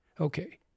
okay